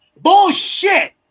Bullshit